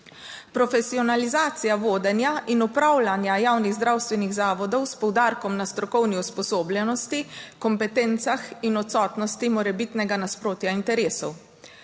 profesionalizacija vodenja in upravljanja javnih zdravstvenih zavodov s poudarkom na strokovni usposobljenosti, kompetencah in odsotnosti morebitnega nasprotja interesov,